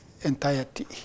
entirety